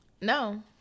No